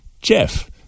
Jeff